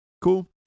cool